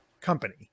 company